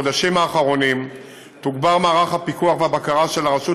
בחודשים האחרונים תוגבר מערך הפיקוח והבקרה של הרשות